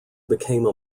became